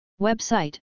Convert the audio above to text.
Website